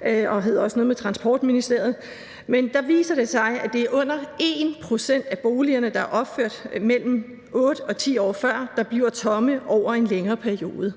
og det hed også noget med Transportministeriet – viser det sig, at det er under 1 pct. af boligerne, der er opført mellem 8 og 10 år før, som bliver tomme over en længere periode.